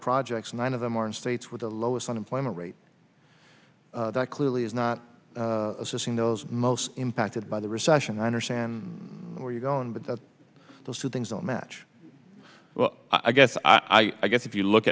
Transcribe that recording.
projects nine of them are in states with the lowest unemployment rate that clearly is not assisting those most impacted by the recession i understand where you go in but those two things don't match well i guess i guess if you look